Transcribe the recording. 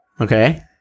Okay